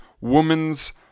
woman's